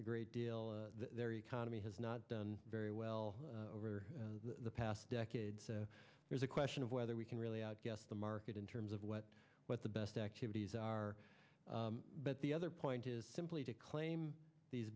a great deal of their economy has not done very well over the past decade so there's a question of whether we can really i guess the market in terms of what what the best activities are but the other point is simply to claim these